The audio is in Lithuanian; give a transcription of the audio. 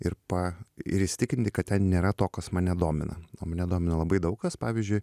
ir pa ir įsitikinti kad ten nėra to kas mane domina mane domino labai daug kas pavyzdžiui